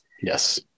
Yes